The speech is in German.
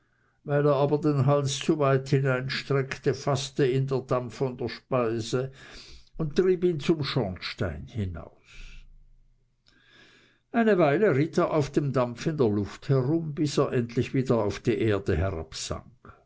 weil er aber den hals zu weit hineinstreckte faßte ihn der dampf von der speise und trieb ihn zum schornstein hinaus eine weile ritt er auf dem dampf in der luft herum bis er endlich wieder auf die erde